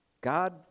god